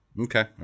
Okay